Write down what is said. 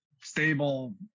stable